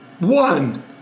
One